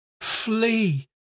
flee